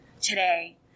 today